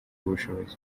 ubushobozi